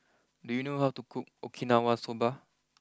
do you know how to cook Okinawa Soba